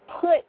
put